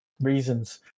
reasons